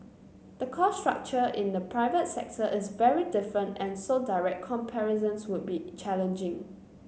the cost structure in the private sector is very different and so direct comparisons would be challenging